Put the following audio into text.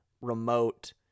remote